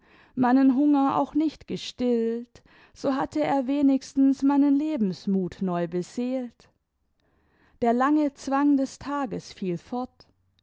meinen hunger auch nicht gestillt so hatte er wenigstens meinen lebensmut neu beseelt der lange zwang des tages fiel fort